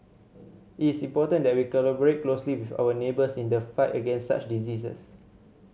it is important that we collaborate closely with our neighbours in the fight against such diseases